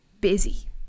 busy